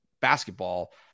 basketball